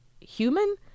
human